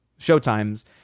showtimes